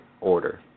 order